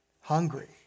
hungry